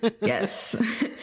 Yes